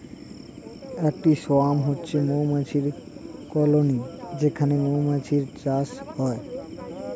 একটা সোয়ার্ম হচ্ছে মৌমাছির কলোনি যেখানে মৌমাছির চাষ হয়